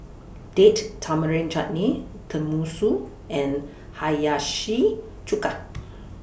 Date Tamarind Chutney Tenmusu and Hiyashi Chuka